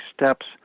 steps